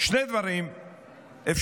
שני דברים אפשריים: